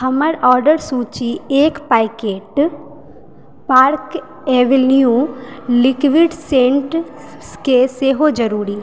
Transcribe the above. हमर ऑर्डर सूचीमे एक पैकेट पार्क एवेन्यू लिक्विड सेंटकेँ सेहो जोड़ू